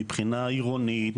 מבחינה עירונית,